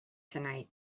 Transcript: tonight